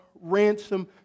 ransom